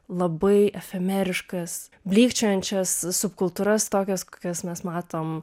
labai efemeriškas blykčiojančias subkultūras tokias kokias mes matom